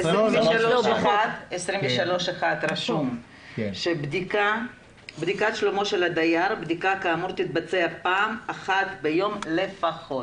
23(1) שבו כתוב שבדיקת שלומו של הדייר תתבצע פעם אחת ביום לפחות.